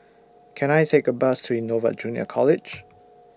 Can I Take A Bus to Innova Junior College